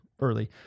early